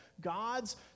God's